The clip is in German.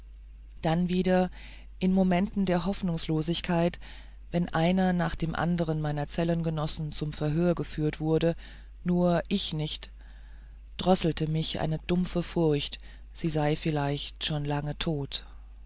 dann wieder in momenten der hoffnungslosigkeit wenn einer nach dem andern meiner zellengenossen zum verhör gefuhrt wurde nur ich nicht drosselte mich eine dumpfe furcht sie sei vielleicht schon lange tot